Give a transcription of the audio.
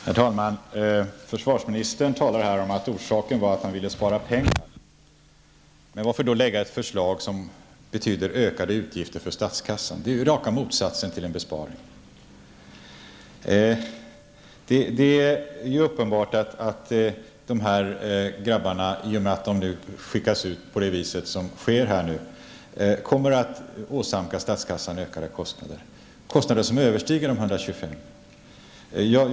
Herr talman! Försvarsministern sade här att orsaken var att man ville spara pengar. Men varför då lägga fram ett förslag som betyder ökade utgifter för statskassan? Det är ju raka motsatsen till en besparing. Det är uppenbart att de här pojkarna i och med att de nu skickas ut på detta vis kommer att åsamka statskassan ökade kostnader -- kostnader som överstiger de 125 miljonerna.